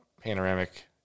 panoramic